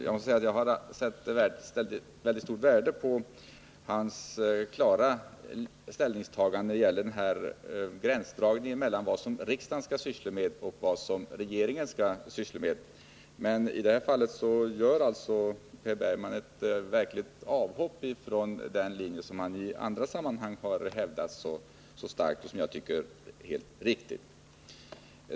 Jag måste säga att jag har satt stort värde på hans klara ställningstaganden när det gäller gränsdragningen mellan vad riksdagen skall syssla med och vad regeringen skall syssla med. I detta fall gör emellertid Per Bergman ett verkligt avhopp från den linje som han i andra sammanhang har hävdat så starkt och, som jag tycker, helt riktigt.